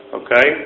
okay